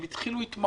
הם התחילו התמחות